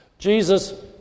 Jesus